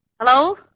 Hello